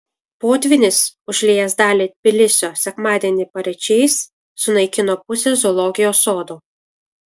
potvynis užliejęs dalį tbilisio sekmadienį paryčiais sunaikino pusę zoologijos sodo